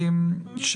לבין הדיונים האחרים,